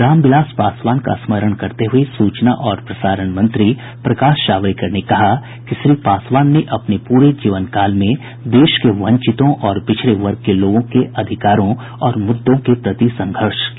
रामविलास पासवान का स्मरण करते हुए सूचना और प्रसारण मंत्री प्रकाश जावडेकर ने कहा कि श्री पासवान ने अपने पूरे जीवनकाल में देश के वंचितों और पिछड़े वर्ग के लोगों के अधिकारों और मुद्दों के प्रति संघर्ष किया